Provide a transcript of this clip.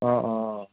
অঁ অঁ